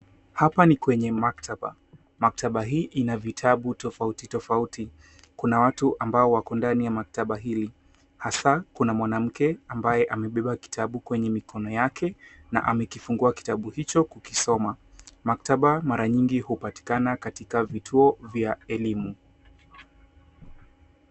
Hapa ni kwenye maktaba. Maktaba hii ina vitabu tofauti tofauti. Kuna watu ambao wako ndani ya maktaba hili hasa kuna mwanamke ambaye amebeba kitabu kwenye mikono yake na amekifungua kitabu hicho kukisoma. Maktaba mara nyingi hupatikana katika vituo vya elimu.